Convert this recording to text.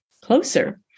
closer